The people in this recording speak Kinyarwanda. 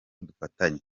dufatanye